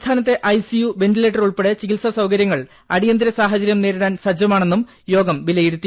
സംസ്ഥാനത്തെ ICU ventilator ഉൾപ്പെടെ ചികിത്സാ സൌകര്യങ്ങൾ അടിയന്തര സാഹചര്യം നേരിടാൻ സജ്ജമാണെന്നും യോഗം വിലയിരുത്തി